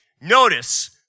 Notice